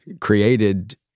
created